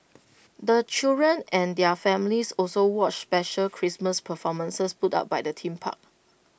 the children and their families also watched special Christmas performances put up by the theme park